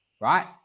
right